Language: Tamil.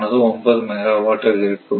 ஆனது 9 மெகாவாட் ஆக இருக்கும்